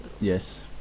Yes